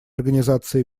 организации